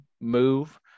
move